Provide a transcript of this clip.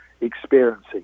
experiencing